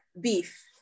Beef